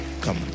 Come